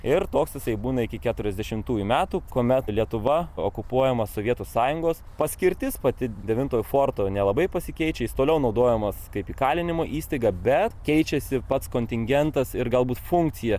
ir toks jisai būna iki keturiasdešimtųjų metų kuomet lietuva okupuojama sovietų sąjungos paskirtis pati devintojo forto nelabai pasikeičia jis toliau naudojamas kaip įkalinimo įstaiga bet keičiasi pats kontingentas ir galbūt funkcija